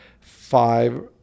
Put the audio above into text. five